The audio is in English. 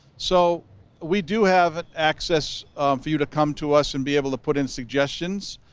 so we do have access for you to come to us and be able to put in suggestions